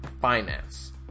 finance